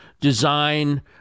design